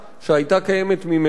שהיתה קיימת ממילא,